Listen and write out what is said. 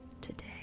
today